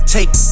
Take